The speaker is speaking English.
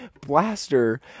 blaster